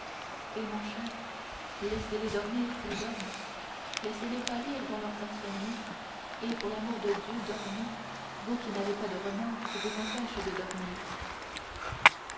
eh mon cher laissez-les dormir s'ils dorment laissez-les pâlir dans leurs insomnies et pour l'amour de dieu dormez vous qui n'avez pas de remords qui vous empêchent de dormir